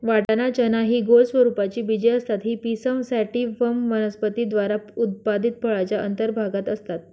वाटाणा, चना हि गोल स्वरूपाची बीजे असतात ही पिसम सॅटिव्हम वनस्पती द्वारा उत्पादित फळाच्या अंतर्भागात असतात